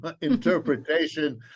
interpretation